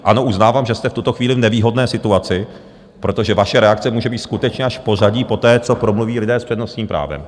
Ano, uznávám, že jste v tuto chvíli v nevýhodné situaci, protože vaše reakce může být skutečně až v pořadí poté, co promluví lidé s přednostním právem.